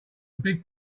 big